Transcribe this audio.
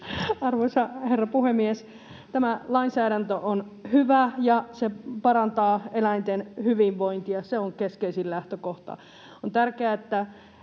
Arvoisa herra puhemies! Tämä lainsäädäntö on hyvä, ja se parantaa eläinten hyvinvointia, se on keskeisin lähtökohta. On tärkeää, että